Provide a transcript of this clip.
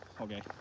Okay